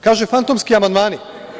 Kaže – fantomski amandmani.